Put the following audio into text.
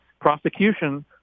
prosecution